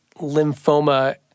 lymphoma